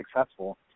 successful